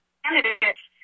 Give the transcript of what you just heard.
candidates